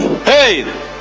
Hey